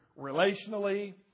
relationally